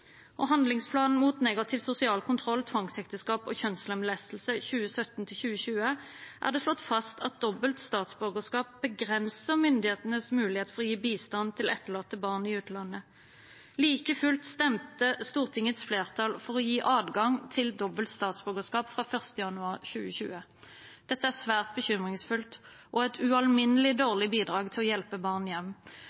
mot negativ sosial kontroll, tvangsekteskap og kjønnslemlestelse , er det slått fast at dobbelt statsborgerskap begrenser myndighetenes muligheter til å gi bistand til etterlatte barn i utlandet. Likefullt stemte Stortingets flertall for å gi adgang til dobbelt statsborgerskap fra 1. januar 2020. Dette er svært bekymringsfullt og et ualminnelig